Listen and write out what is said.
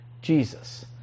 Jesus